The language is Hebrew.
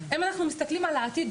אם אני מסתכלת על העתיד,